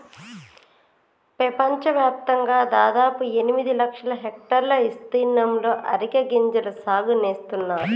పెపంచవ్యాప్తంగా దాదాపు ఎనిమిది లక్షల హెక్టర్ల ఇస్తీర్ణంలో అరికె గింజల సాగు నేస్తున్నారు